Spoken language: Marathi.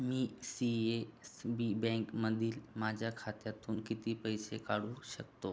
मी सी एस बी बँकमधील माझ्या खात्यातून किती पैसे काढू शकतो